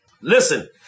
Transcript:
Listen